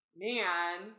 man